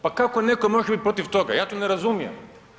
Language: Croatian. Pa kako netko može biti protiv toga, ja to ne razumijem?